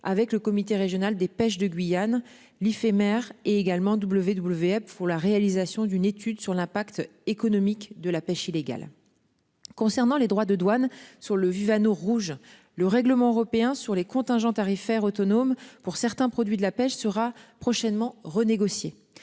avec le comité régional des pêches de Guyane Liffey maire est également WWF pour la réalisation d'une étude sur l'impact économique de la pêche illégale. Concernant les droits de douane sur le vivaneau rouge le règlement européen sur les contingents tarifaires autonome pour certains produits de la pêche sera prochainement renégocier